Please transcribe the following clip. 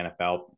NFL